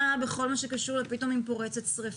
בכל מה שקשור ל-פתאום אם פורצת שריפה.